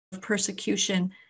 persecution